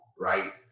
Right